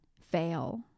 fail